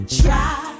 try